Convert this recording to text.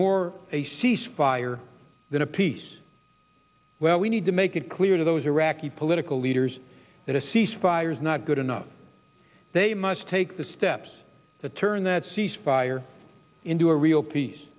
more a ceasefire than a peace well we need to make it clear to those iraqi political leaders that a cease fire is not good enough they must take the steps to turn that cease fire into a real peace